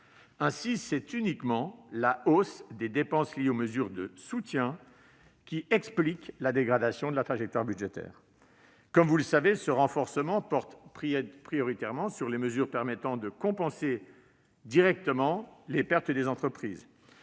Ainsi, c'est uniquement la hausse des dépenses liées aux mesures de soutien qui explique la dégradation de la trajectoire budgétaire. Comme vous le savez, ce renforcement porte prioritairement sur les mesures permettant de compenser directement les pertes des entreprises.